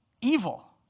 evil